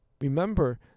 Remember